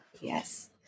Yes